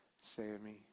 Sammy